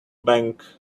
bank